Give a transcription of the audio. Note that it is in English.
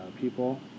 people